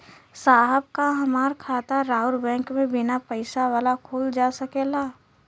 साहब का हमार खाता राऊर बैंक में बीना पैसा वाला खुल जा सकेला?